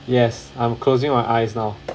yes I'm closing my eyes now